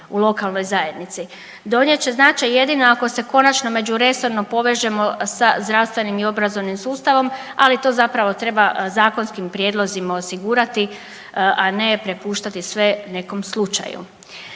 u lokalnoj zajednici. Donijet će značaj jedino ako se konačno međuresorno povežemo sa zdravstvenim i obrazovnim sustavom, ali to zapravo treba zakonskim prijedlozima osigurati, a ne prepuštati sve nekom slučaju.